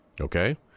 Okay